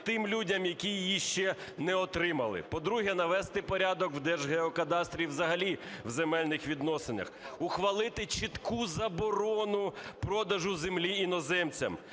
тим, людям, які її ще не отримали; по-друге, навести порядок в Держгеокадастрі і взагалі в земельних відносинах, ухвалити чітку заборону продажу землі іноземцям,